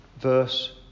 verse